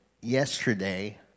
yesterday